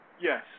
Yes